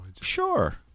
Sure